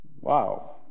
wow